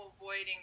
avoiding